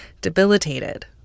debilitated